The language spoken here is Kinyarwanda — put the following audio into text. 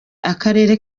akarere